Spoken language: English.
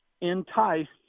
enticed